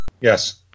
Yes